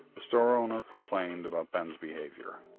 the store owner complained about ben's behaviour.